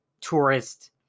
tourist